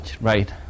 right